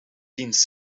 dienst